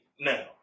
now